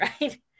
right